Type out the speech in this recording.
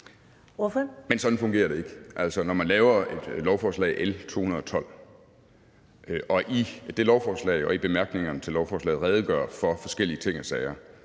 Men sådan fungerer det ikke. Når man laver et lovforslag, L 212, og i det lovforslag og i bemærkningerne til lovforslaget redegør for forskellige ting og sager